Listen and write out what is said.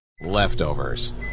Leftovers